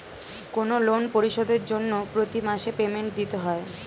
কোনো লোন পরিশোধের জন্য প্রতি মাসে পেমেন্ট দিতে হয়